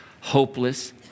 hopeless